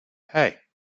hey